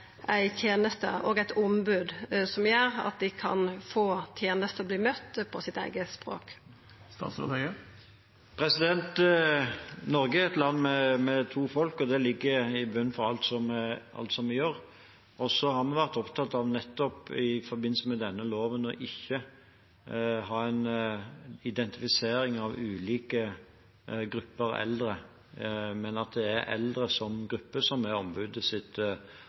ei teneste og eit ombod som gjer at dei kan få tenester og verta møtte på sitt eige språk? Norge er et land med to folk, og det ligger i bunnen for alt vi gjør. Vi har vært opptatt av, nettopp i forbindelse med denne loven, ikke å ha en identifisering av ulike grupper eldre, men at det er eldre som gruppe som er